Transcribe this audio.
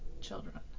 children